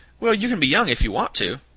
well, you can be young if you want to.